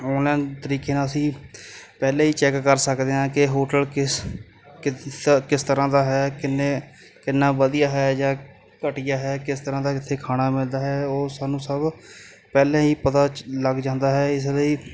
ਹੁਣ ਤਰੀਕੇ ਨਾਲ ਅਸੀਂ ਪਹਿਲੇ ਹੀ ਚੈੱਕ ਕਰ ਸਕਦੇ ਹਾਂ ਕਿ ਹੋਟਲ ਕਿਸ ਕਿਸ ਕਿਸ ਤਰ੍ਹਾਂ ਦਾ ਹੈ ਕਿੰਨੇ ਕਿੰਨਾ ਵਧੀਆ ਹੈ ਜਾਂ ਘਟੀਆ ਹੈ ਕਿਸ ਤਰ੍ਹਾਂ ਦਾ ਇੱਥੇ ਖਾਣਾ ਮਿਲਦਾ ਹੈ ਉਹ ਸਾਨੂੰ ਸਭ ਪਹਿਲਾਂ ਹੀ ਪਤਾ ਚ ਲੱਗ ਜਾਂਦਾ ਹੈ ਇਸ ਲਈ